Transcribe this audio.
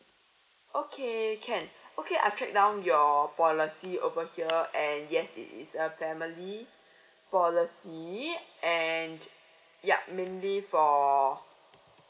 okay can okay I've track down your policy over here and yes it is a family policy and yup mainly for